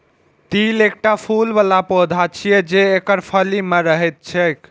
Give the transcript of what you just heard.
तिल एकटा फूल बला पौधा छियै, जे एकर फली मे रहैत छैक